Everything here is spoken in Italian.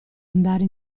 andare